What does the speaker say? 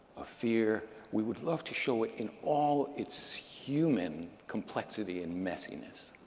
of fear. we would love to show it in all its human complexity and messiness.